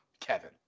Kevin